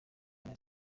neza